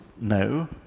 no